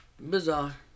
Bizarre